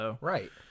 Right